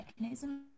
mechanism